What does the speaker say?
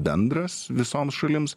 bendras visoms šalims